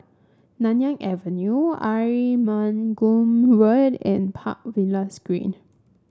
Nanyang Avenue Arumugam Road and Park Villas Green